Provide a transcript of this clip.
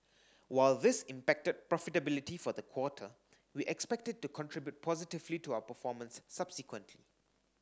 while this impacted profitability for the quarter we expect it to contribute positively to our performance subsequently